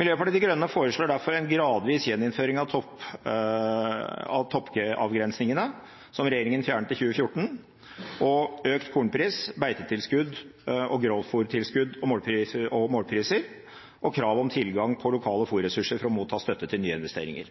Miljøpartiet De Grønne foreslår derfor en gradvis gjeninnføring av toppavgrensningene som regjeringen fjernet i 2014, økt kornpris, beitetilskudd, grovfôrtilskudd, målpriser og krav om tilgang på lokale fôrressurser for å motta støtte til nyinvesteringer.